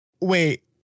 wait